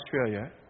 Australia